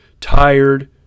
tired